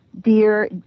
dear